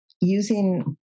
using